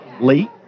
late